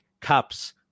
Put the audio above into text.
Cups